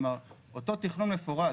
כלומר, אותו תכנון מפורט